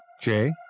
Jay